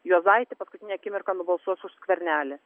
juozaitį paskutinę akimirką nubalsuos už skvernelį